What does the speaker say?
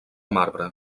marbre